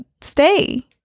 stay